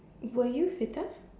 were you fitter